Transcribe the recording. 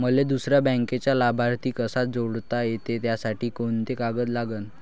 मले दुसऱ्या बँकेचा लाभार्थी कसा जोडता येते, त्यासाठी कोंते कागद लागन?